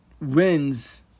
wins